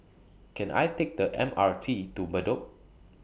Can I Take The M R T to Bedok